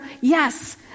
yes